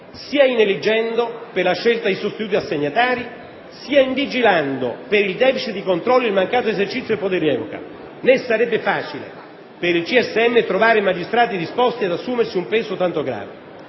sia *in* *eligendo*, per la scelta dei sostituti assegnatari, sia *in* *vigilando*, per il *deficit* di controllo e il mancato esercizio del potere di revoca; né sarebbe facile per il CSM trovare magistrati disposti ad assumersi un peso tanto grave.